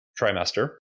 trimester